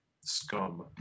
scum